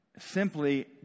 simply